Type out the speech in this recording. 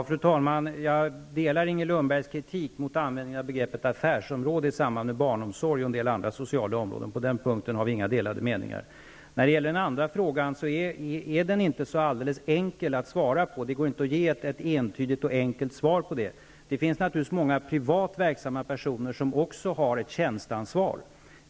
Fru talman! Jag delar Inger Lundbergs kritik mot användningen av begreppet affärsområde i samband med barnomsorg och andra sociala områden. På den punkten har vi inte några delade meningar. Den andra frågan är inte så alldeles enkel att svara på. Det går inte att ge ett entydigt svar. Det finns många privat verksamma personer som också har ett tjänsteansvar.